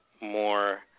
more